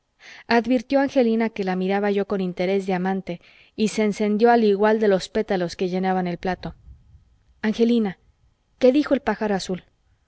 advirtió angelina que la miraba yo con interés de amante y se encendió al igual de los pétalos que llenaban el plato angelina qué dijo el pájaro azul